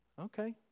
Okay